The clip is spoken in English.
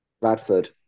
Radford